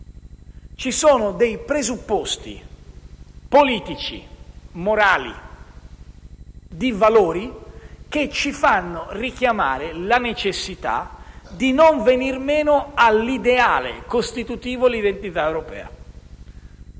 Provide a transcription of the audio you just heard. Ci sono dei presupposti politici, morali e di valore che richiamano la necessità di non venir meno all'ideale costitutivo l'identità europea.